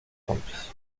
hombres